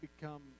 become